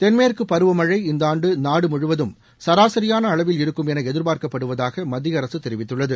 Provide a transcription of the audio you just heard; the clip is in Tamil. தென்மேற்கு பருவமனழ இந்த ஆண்டு நாடு முழுவதும் சாராசரியான அளவில் இருக்கும் என எதிர்பார்க்கப்படுவதாக மத்திய அரசு தெரிவித்துள்ளது